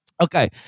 Okay